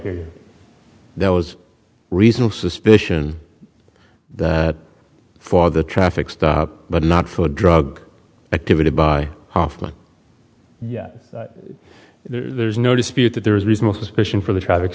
hear those reasonable suspicion that for the traffic stop but not for the drug activity by hoffman there's no dispute that there is reasonable suspicion for the traffic